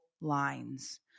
lines